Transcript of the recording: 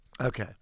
okay